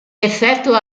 effettua